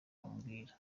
bamubwira